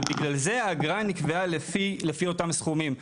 ובגלל זה האגרה נקבעה לפי אותם סכומים.